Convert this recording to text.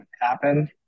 happen